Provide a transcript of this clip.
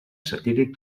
satíric